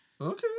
okay